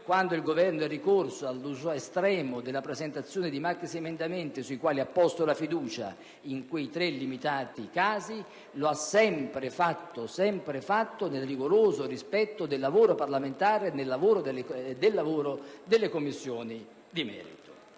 quando il Governo è ricorso all'uso estremo della presentazione di maxiemendamenti sui quali ha posto la fiducia, in quei tre limitati casi, l'ha sempre fatto nel rigoroso rispetto del lavoro parlamentare, in particolare di quello delle Commissioni di merito.